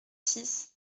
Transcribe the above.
six